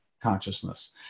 consciousness